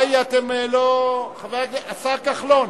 השר כחלון,